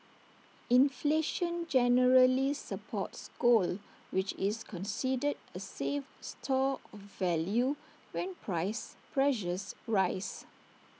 inflation generally supports gold which is considered A safe store of value when price pressures rise